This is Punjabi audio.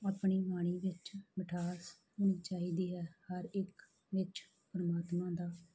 ਆਪਣੀ ਬਾਣੀ ਵਿੱਚ ਮਿਠਾਸ ਹੋਣੀ ਚਾਹੀਦੀ ਹੈ ਹਰ ਇੱਕ ਵਿੱਚ ਪਰਮਾਤਮਾ ਦਾ